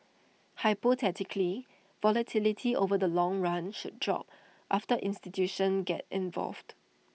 hypothetically volatility over the long run should drop after institutions get involved